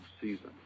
season